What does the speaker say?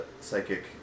psychic